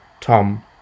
Tom